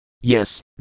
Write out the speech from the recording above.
Yes